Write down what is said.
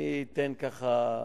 אני אתן, ככה,